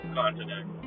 continent